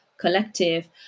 Collective